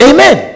Amen